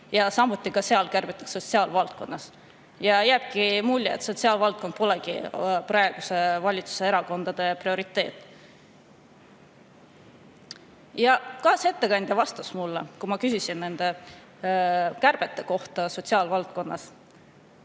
Tallinnas ja seal kärbitakse samuti sotsiaalvaldkonnas. Jääbki mulje, et sotsiaalvaldkond pole praeguse valitsuse erakondade prioriteet. Kaasettekandja vastas mulle, kui ma küsisin kärbete kohta sotsiaalvaldkonnas,